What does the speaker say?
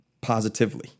positively